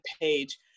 page